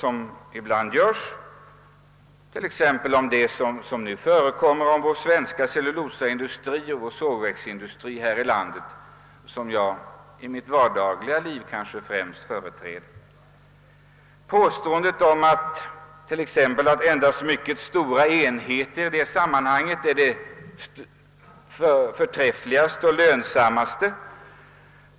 Om vi fick ett sådant personbyte, skulle vi komma ifrån de onyanserade påståenden som nu många gånger görs. Man påstår bl.a. att mycket stora enheter är de mest lönsamma.